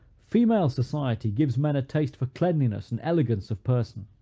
female society gives men a taste for cleanliness and elegance of person.